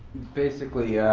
basically,